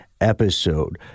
Episode